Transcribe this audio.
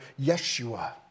Yeshua